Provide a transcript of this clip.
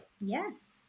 Yes